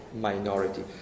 minority